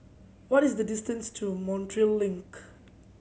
what is the distance to Montreal Link